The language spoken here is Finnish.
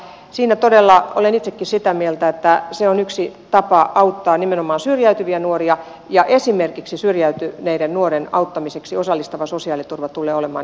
siinä todella olen itsekin sitä mieltä että se on yksi tapa auttaa nimenomaan syrjäytyviä nuoria ja esimerkiksi syrjäytyneiden nuorten auttamiseksi osallistava sosiaaliturva tulee olemaan erinomaisen hyvä työkalu